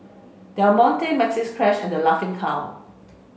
Del Monte Maxi Cash and The Laughing Cow